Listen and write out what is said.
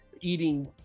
eating